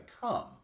come